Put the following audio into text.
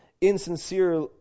insincere